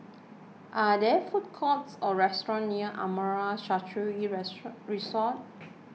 are there food courts or restaurants near Amara Sanctuary Resort